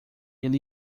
ele